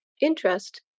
interest